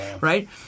right